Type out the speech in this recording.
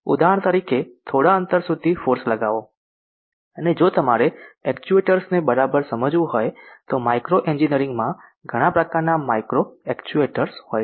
ઉદાહરણ તરીકે થોડા અંતર સુધી ફોર્સ લગાવો અને જો તમારે એક્ચ્યુએટર્સ ને બરાબર સમજવું હોય તો માઇક્રો એન્જિનિયરિંગમાં ઘણા પ્રકારના માઇક્રો એક્ચ્યુએટર્સ હોય છે